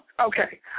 Okay